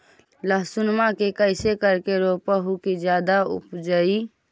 लहसूनमा के कैसे करके रोपीय की जादा उपजई?